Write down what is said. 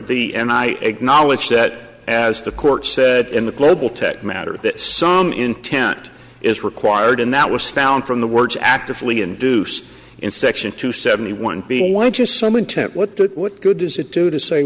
the end i acknowledge that as the court said in the global tech matter that some intent is required and that was found from the words actively induce in section two seventy one being one just some intent what good what good does it do to say